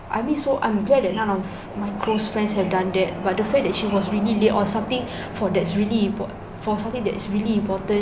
I mean so I'm glad that none of my close friends have done that but the fact that she was really late for something for that's really import~ for something that is really important